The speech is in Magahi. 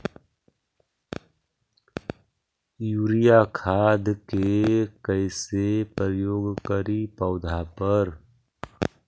यूरिया खाद के कैसे प्रयोग करि पौधा पर?